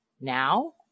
now